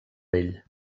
vell